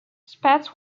spats